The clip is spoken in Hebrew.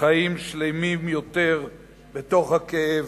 חיים שלמים יותר בתוך הכאב,